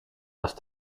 was